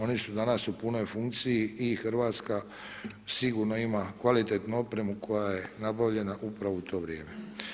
Oni su danas u punoj funkciji i RH sigurno ima kvalitetnu opremu koja je nabavljena upravo u to vrijeme.